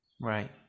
Right